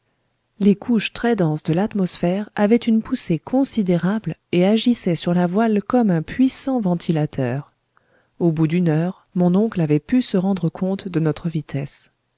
les couches très denses de l'atmosphère avaient une poussée considérable et agissaient sur la voile comme un puissant ventilateur au bout d'une heure mon oncle avait pu se rendre compte de notre vitesse